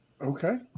Okay